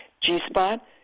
G-spot